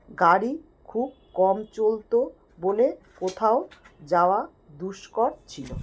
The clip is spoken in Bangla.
গাড়ি খুব কম চলতো বলে কোথাও যাওয়া দুষ্কর ছিলো